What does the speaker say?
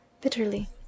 bitterly